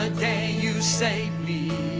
day you saved me